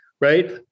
right